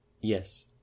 Yes